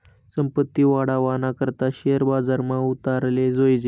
संपत्ती वाढावाना करता शेअर बजारमा उतराले जोयजे